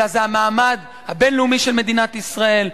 אלא זה המעמד הבין-לאומי של מדינת ישראל,